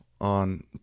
on